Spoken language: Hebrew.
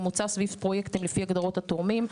מוצע סביב פרויקטים לפי הגדרות התורמים,